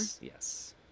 Yes